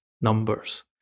numbers